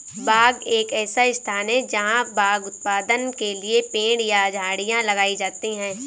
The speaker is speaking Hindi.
बाग एक ऐसा स्थान है जहाँ खाद्य उत्पादन के लिए पेड़ या झाड़ियाँ लगाई जाती हैं